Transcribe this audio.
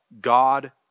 God